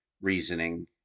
reasoning